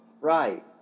Right